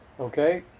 Okay